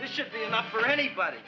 this should be enough for anybody